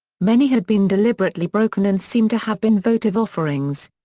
many had been deliberately broken and seem to have been votive offerings.